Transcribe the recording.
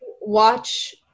Watch